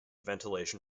ventilation